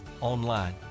online